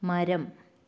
മരം